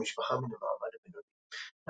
בת למשפחה מן המעמד הבינוני.